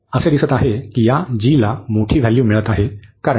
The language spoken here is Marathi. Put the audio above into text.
असे दिसते आहे की या g ला मोठी व्हॅल्यू मिळत आहे कारण